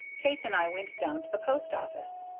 kate and i went down to the post-office.